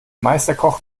meisterkoch